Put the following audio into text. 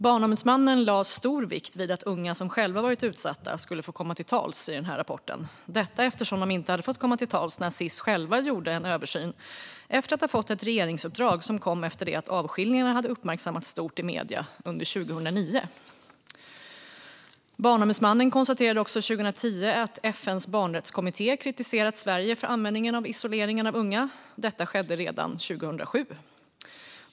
Barnombudsmannen lade stor vikt vid att unga som själva varit utsatta skulle få komma till tals i den här rapporten, detta eftersom de inte hade fått komma till tals när Sis själva gjorde en översyn efter att ha fått ett regeringsuppdrag som kom efter det att avskiljningarna hade uppmärksammats stort i medier under 2009. Barnombudsmannen konstaterade också 2010 att FN:s barnrättskommitté kritiserat Sverige för användningen av isolering av unga. Detta skedde redan 2007.